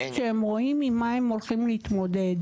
שהם רואים עם מה הם הולכים להתמודד.